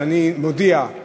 לפיכך אני קובע שהצעת חוק